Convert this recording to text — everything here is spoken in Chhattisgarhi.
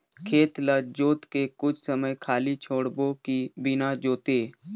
खेत ल जोत के कुछ समय खाली छोड़बो कि बिना जोते?